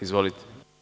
Izvolite.